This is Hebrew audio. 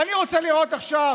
אני רוצה לראות עכשיו